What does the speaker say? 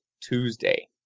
Tuesday